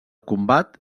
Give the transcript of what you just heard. combat